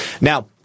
now